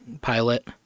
pilot